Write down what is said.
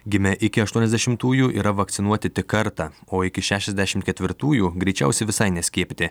gimę iki aštuoniasdešimtųjų yra vakcinuoti tik kartą o iki šešiasdešimt ketvirtųjų greičiausiai visai neskiepyti